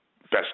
best